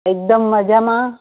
એકદમ મજામાં